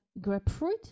grapefruit